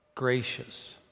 gracious